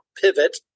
pivot